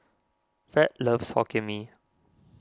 Fed loves Hokkien Mee